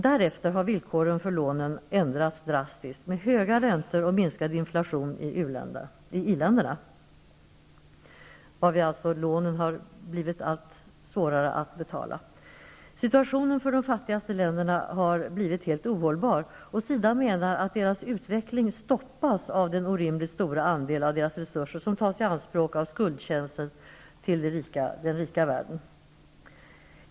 Därefter har villkoren för lånen ändrats drastiskt, med höga räntor och minskad inflation i iländerna, varvid alltså lånen har blivit allt svårare att betala tillbaka. Situationen för de fattiga länderna har blivit helt ohållbar, och SIDA menar att deras utveckling stoppas av den orimligt stora andel av deras resurser som tas i anspråk av skuldtjänsten till den rika världen.